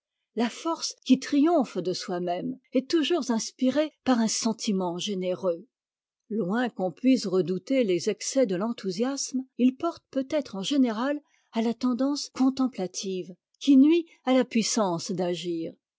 la force qui triomphe de soi-même est toujours inspirée par un sentiment généreux loin qu'on puisse redouter les excès de t'enthousiasme il porte peut-être en général à la tendance contemplative qui nuit à la puissance d'agir